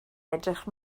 edrych